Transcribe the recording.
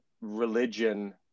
religion